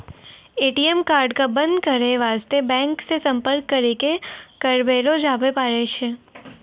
ATM card क बन्द करै बास्ते बैंक से सम्पर्क करी क करबैलो जाबै पारै छै